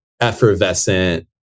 effervescent